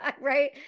right